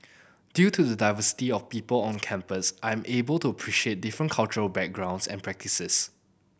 due to the diversity of people on campus I'm able to appreciate different cultural backgrounds and practices